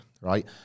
right